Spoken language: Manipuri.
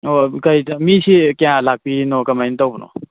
ꯑꯣ ꯃꯤꯁꯤ ꯀꯌꯥ ꯂꯥꯛꯄꯤꯔꯤꯅꯣ ꯀꯃꯥꯏꯅ ꯇꯧꯕꯅꯣ